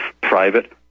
private